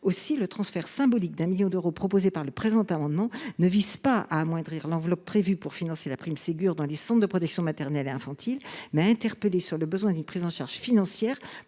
Aussi, le transfert symbolique d’un million d’euros que nous proposons vise non pas à amoindrir l’enveloppe prévue pour financer la prime Ségur dans les centres de protection maternelle et infantile, mais à interpeller le Gouvernement sur le besoin d’une prise en charge financière